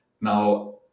Now